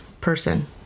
person